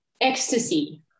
ecstasy